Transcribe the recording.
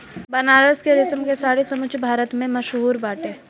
बनारस के रेशम के साड़ी समूचा भारत में मशहूर बाटे